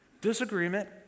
Disagreement